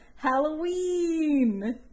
Halloween